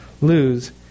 lose